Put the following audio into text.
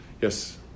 Yes